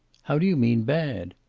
how do you mean, bad?